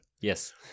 Yes